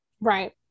Right